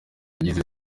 nagize